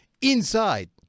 inside